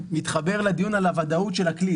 נתחבר לדיון על הוודאות של הכלי,